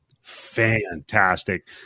fantastic